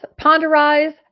ponderize